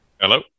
Hello